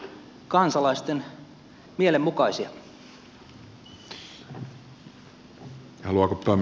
haluaako pääministeri vastata